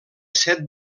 set